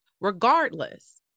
regardless